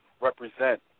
represent